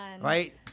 right